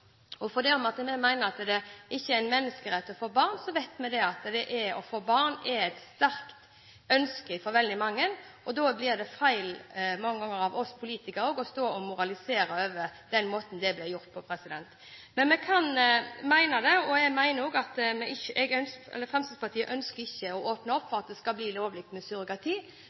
ønske for veldig mange, og da blir det mange ganger feil av oss politikere å stå og moralisere over måten det blir gjort på. Men vi kan mene det, og Fremskrittspartiet ønsker ikke å åpne opp for at det skal bli lovlig med surrogati.